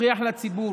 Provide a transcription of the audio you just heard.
תוכיח לציבור